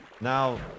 Now